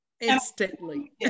Instantly